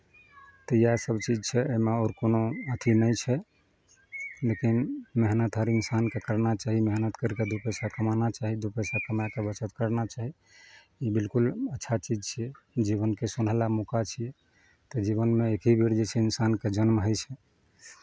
तऽ इएहसभ चीज छै एहिमे आओर कोनो अथि नहि छै लेकिन मेहनत हर इनसानकेँ करना चाही मेहनत करि कऽ दू पैसा कमाना चाही दू पैसा कमा कऽ बचत करना चाही बिलकुल अच्छा चीज छै जीवनके सुनहला मौका छियै तऽ जीवनमे एक ही बेर जे छै इनसानके जन्म होइ छै